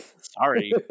Sorry